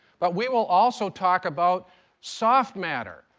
but we will also talk about soft matter.